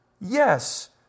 Yes